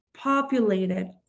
populated